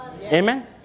amen